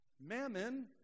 Mammon